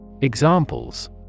Examples